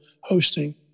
hosting